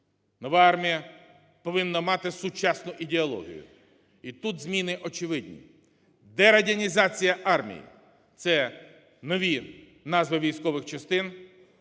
Нова армія повинна мати сучасну ідеологію. І тут зміни очевидні. Дерадянізація армії – це нові назви військових частин,